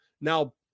Now